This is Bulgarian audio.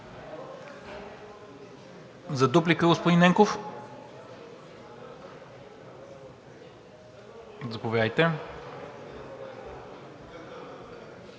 Дуплика, господин Ненков. Заповядайте.